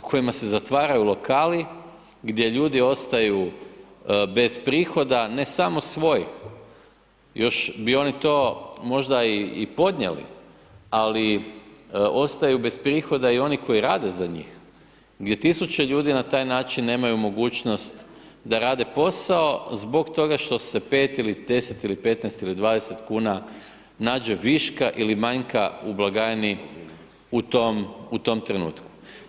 kojima se zatvaraju lokali, gdje ljudi ostaju bez prihoda, ne samo svojih još bi oni to možda i podnijeli, ali ostaju bez prihoda i oni koji rade za njih, gdje tisuće ljudi na taj način nemaju mogućnost da rade posao zbog toga što se 5 ili 10 ili 15 ili 20 kuna nađe viška ili manjka u blagajni u tom, u tom trenutku.